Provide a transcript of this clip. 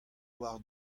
war